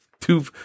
two